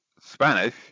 Spanish